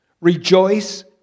rejoice